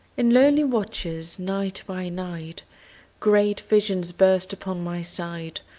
in lonely watches, night by night great visions burst upon my sight,